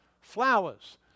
Flowers